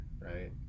right